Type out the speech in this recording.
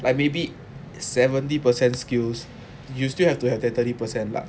like maybe seventy percent skills you still have to have their thirty percent luck